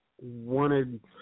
wanted